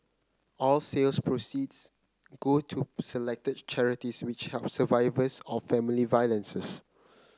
all sales proceeds go to selected charities which help survivors of family violences